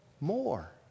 more